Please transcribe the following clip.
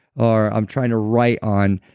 or i'm trying to write on,